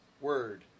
Word